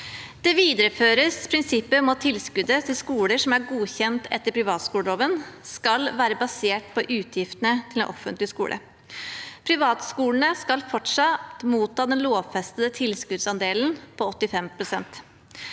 Der videreføres prinsippet om at tilskuddet til skoler som er godkjent etter privatskoleloven, skal være basert på utgiftene til den offentlige skolen. Privatskolene skal fortsatt motta den lovfestede tilskuddsandelen på 85